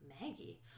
maggie